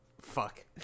fuck